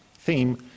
theme